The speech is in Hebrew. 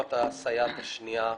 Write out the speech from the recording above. רפורמת הסייעת השנייה.